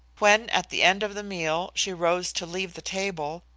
when, at the end of the meal, she rose to leave the table,